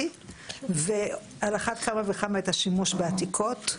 על אחת כמה וכמה את השימוש בעתיקות.